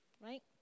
right